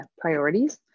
priorities